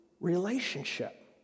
relationship